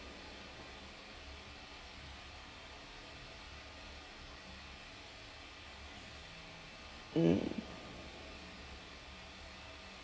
mm